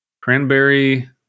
cranberry